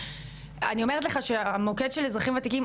אני אומרת לך שהמוקד של אזרחים וותיקים,